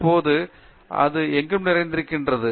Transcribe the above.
இப்போது அது எங்கும் நிறைந்திருக்கிறது